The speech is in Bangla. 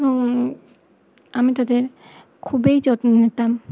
এবং আমি তাদের খুবই যত্ন নিতাম